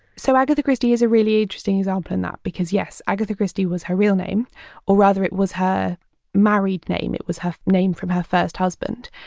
so agatha christie is a really interesting example in that, because yes, agatha christie was her real name or rather it was her married name, it was her name from her first husband.